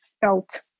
felt